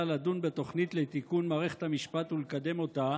לדון בתוכנית לתיקון מערכת המשפט ולקדם אותה